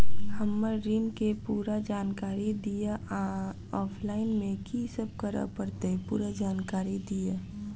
हम्मर ऋण केँ पूरा जानकारी दिय आ ऑफलाइन मे की सब करऽ पड़तै पूरा जानकारी दिय?